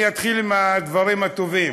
אני אתחיל עם הדברים הטובים: